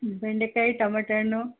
ಬೆಂಡೆಕಾಯಿ ಟೊಮೆಟೆ ಹಣ್ಣು